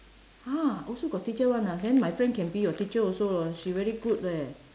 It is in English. !huh! also got teacher [one] ah then my friend can be your teacher also lor she very good leh